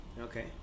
Okay